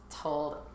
told